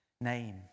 name